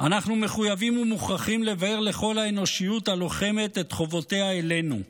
"אנחנו מחויבים ומוכרחים לבאר לכל האנושיות הלוחמת את חובותיה אלינו.